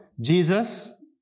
Jesus